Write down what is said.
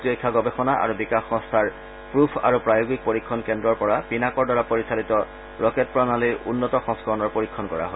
প্ৰতিৰক্ষা গৱেষণা আৰু বিকাশ সংস্থাৰ প্ৰফ আৰু প্ৰায়োগিক পৰীক্ষণ কেন্দ্ৰৰ পৰা পিনাকৰ দ্বাৰা পৰিচালিত ৰকেট প্ৰণালীৰ উন্নত সংস্কৰণৰ পৰীক্ষণ কৰা হয়